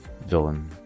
villain